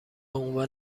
عنوان